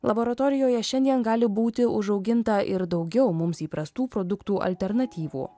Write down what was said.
laboratorijoje šiandien gali būti užauginta ir daugiau mums įprastų produktų alternatyvų